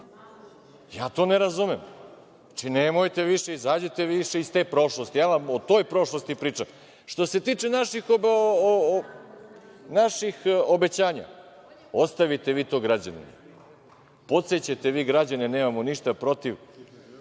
Ja to ne razumem. Nemojte više, izađite više iz te prošlosti. Ja vam o toj prošlosti pričam. Što se tiče naših obećanja, ostavite vi to građanima. Podsećajte građane, nemamo ništa protiv,